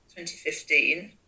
2015